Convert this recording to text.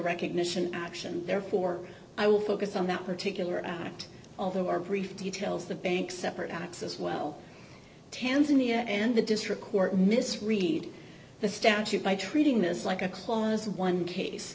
recognition action therefore i will focus on that particular aspect of the war brief details the bank separate acts as well tanzania and the district court mis read the statute by treating this like a clause one case